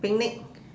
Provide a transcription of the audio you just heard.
picnic